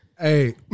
Hey